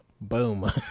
Boom